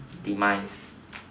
demise